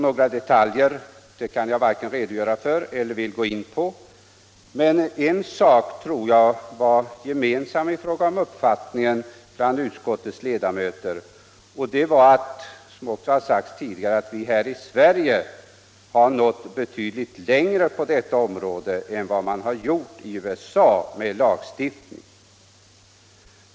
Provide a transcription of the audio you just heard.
Några detaljer kan jag inte redogöra för eller gå in på, men om en sak tror jag uppfattningen bland utskottets ledamöter var samstämmig, och det var — vilket också har sagts tidigare — att vi här i Sverige har nått betydligt längre på dessa områden än vad man har gjort i USA med lagstiftning.